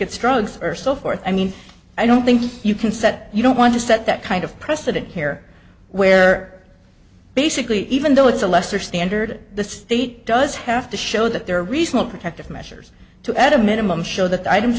it's drugs or so forth i mean i don't think you can set you don't want to set that kind of precedent here where basically even though it's a lesser standard the state does have to show that there are reasonable protective measures to add a minimum show that the items